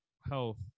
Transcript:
health